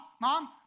Mom